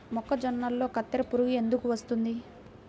మొక్కజొన్నలో కత్తెర పురుగు ఎందుకు వస్తుంది?